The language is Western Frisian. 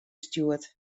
stjoerd